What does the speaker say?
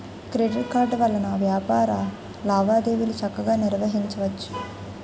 credit card వలన వ్యాపార లావాదేవీలు చక్కగా నిర్వహించవచ్చు